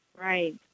Right